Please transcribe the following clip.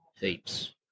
heaps